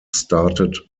started